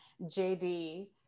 jd